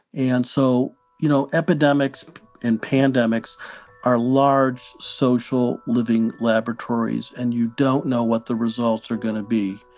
and so, you know, epidemics and pandemics are large social living laboratories. and you don't know what the results are going to be.